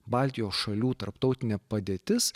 baltijos šalių tarptautinė padėtis